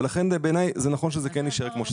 ולכן בעיניי זה נכון שזה כן יישאר כמו שזה.